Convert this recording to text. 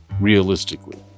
Realistically